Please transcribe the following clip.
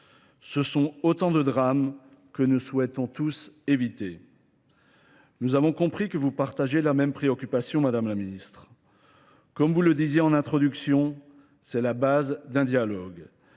Ce sont autant de drames que nous souhaitons tous éviter. Nous avons compris que vous partagez la même préoccupation, Madame la Ministre. Comme vous le disiez en introduction, c'est la base d'un dialogue.